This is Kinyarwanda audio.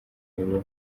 ubuhe